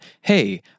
hey